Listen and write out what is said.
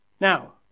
Now